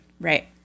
right